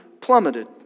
plummeted